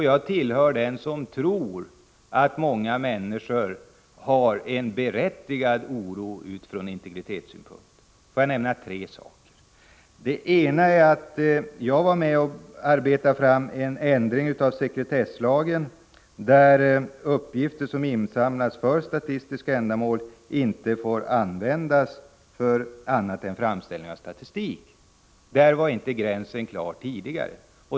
Jag tillhör dem som tror att många människor har en berättigad oro utifrån integritetssynpunkt. Jag vill nämna tre saker som regeringen gjort. För det första var jag med om att arbeta fram en ändring av sekretesslagen, nämligen att uppgifter som insamlats för statistiska ändamål inte får användas för annat än framställning av statistik. Där var inte gränsen klar tidigare.